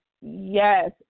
Yes